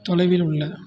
தொலைவில் உள்ள